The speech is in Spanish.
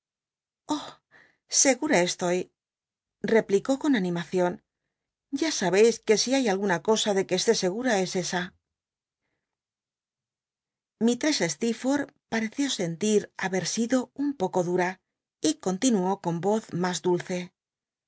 segura estoy replicó con animacion ya sabeis que si hay alguna cosa de que esté segura es esa lllistress steerforth pareció sentir haber sido un poco dura y continuó con voz mas dulce